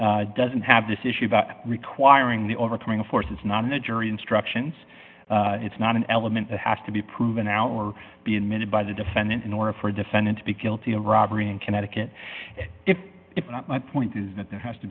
doesn't have this issue about requiring the overturning of forces not in a jury instructions it's not an element that has to be proven out or be admitted by the defendant in order for a defendant to be guilty of robbery in connecticut it's not my point is that there has to